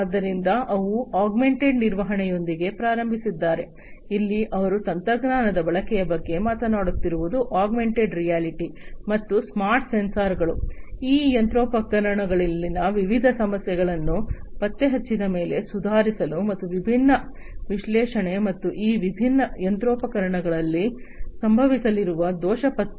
ಆದ್ದರಿಂದ ಅವರು ಆಗ್ಮೆಂಟೆಡ್ ನಿರ್ವಹಣೆಯೊಂದಿಗೆ ಪ್ರಾರಂಭಿಸಿದ್ದಾರೆ ಅಲ್ಲಿ ಅವರು ತಂತ್ರಜ್ಞಾನದ ಬಳಕೆಯ ಬಗ್ಗೆ ಮಾತನಾಡುತ್ತಿರುವುದು ಆಗ್ಮೆಂಟೆಡ್ ರಿಯಾಲಿಟಿ ಮತ್ತು ಸ್ಮಾರ್ಟ್ ಸೆನ್ಸರ್ಗಳು ಈ ಯಂತ್ರೋಪಕರಣಗಳಲ್ಲಿನ ವಿವಿಧ ಸಮಸ್ಯೆಗಳನ್ನು ಪತ್ತೆಹಚ್ಚಿದ ಮೇಲೆ ಸುಧಾರಿಸಲು ಮತ್ತು ವಿಭಿನ್ನ ವಿಶ್ಲೇಷಣೆ ಮತ್ತು ಈ ವಿಭಿನ್ನ ಯಂತ್ರೋಪಕರಣಗಳಲ್ಲಿ ಸಂಭವಿಸಲಿರುವ ದೋಷ ಪತ್ತೆ